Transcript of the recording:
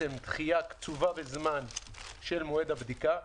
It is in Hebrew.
דחייה קצובה בזמן של מועד הבדיקה ודיווח,